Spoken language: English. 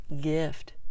gift